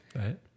Right